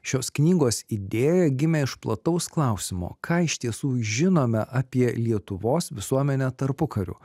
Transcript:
šios knygos idėja gimė iš plataus klausimo ką iš tiesų žinome apie lietuvos visuomenę tarpukariu